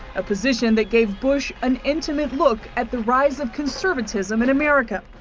a position that gave bush an intimate look at the rise of conservatism in america.